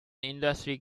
industry